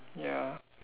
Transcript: ya